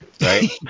Right